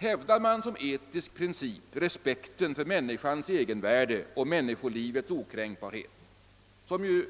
Hävdar man som etisk princip respekten för människans egenvärde och människolivets okränkbarhet — som